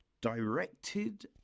directed